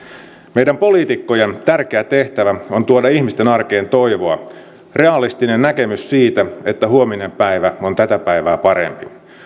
meidän poliitikkojen tärkeä tehtävä on tuoda ihmisten arkeen toivoa realistinen näkemys siitä että huominen päivä on tätä päivää parempi